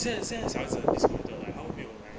现现在小孩子很 disconnected leh 他们没有 life